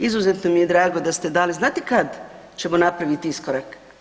Izuzetno mi je drago da ste je dali, znate kad ćemo napraviti iskorak?